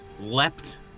leapt